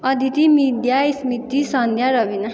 अदिति मिद्या स्मृति सन्ध्या रबिना